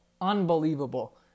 Unbelievable